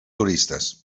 turistes